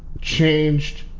changed